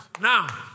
Now